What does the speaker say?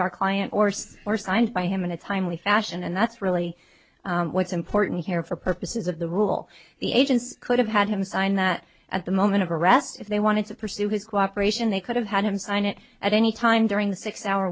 our client or c or signed by him in a timely fashion and that's really what's important here for purposes of the rule the agencies could have had him sign that at the moment of arrest if they wanted to pursue his cooperation they could have had him sign it at any time during the six hour